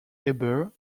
ebert